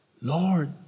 Lord